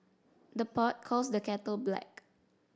the pot calls the kettle black